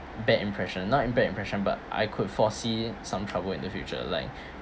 bad impression not in bad impression but I could foresee some trouble in the future like